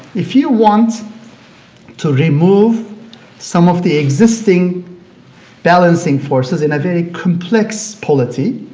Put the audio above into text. if you want to remove some of the existing balancing forces in a very complex polity,